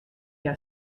hja